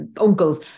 uncles